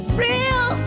real